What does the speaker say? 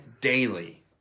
daily